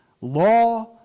law